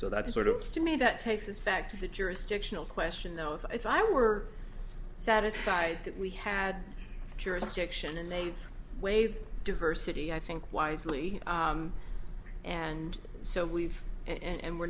so that's sort of to me that takes us back to the jurisdictional question though if i were satisfied that we had jurisdiction and they waived diversity i think wisely and so we've and we're